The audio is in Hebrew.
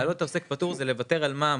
להעלות עוסק פטור זה לוותר על מע"מ,